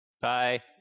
bye